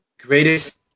greatest